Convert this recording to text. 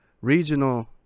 regional